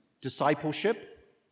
discipleship